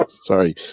Sorry